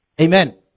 Amen